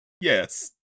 Yes